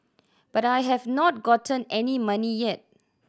but I have not gotten any money yet